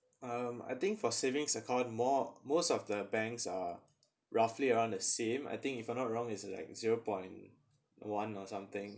um I think for savings account more most of the banks are roughly around the same I think if I'm not wrong it's like zero point one or something